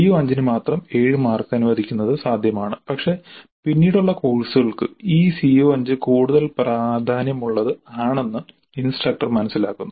CO5 ന് മാത്രം 7 mark അനുവദിക്കുന്നത് സാധ്യമാണ് പക്ഷേ പിന്നീടുള്ള കോഴ്സുകൾക്ക് ഈ CO5 കൂടുതൽ പ്രാധാന്യമുള്ളത് ആണെന്ന് ഇൻസ്ട്രക്ടർ മനസ്സിലാക്കുന്നു